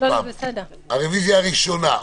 נצביע עוד פעם על הרוויזיה הראשונה.